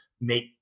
make